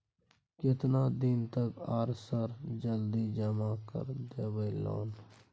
केतना दिन तक आर सर जल्दी जमा कर देबै लोन?